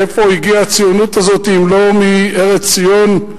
מאיפה הגיעה הציונות הזאת אם לא מארץ ציון?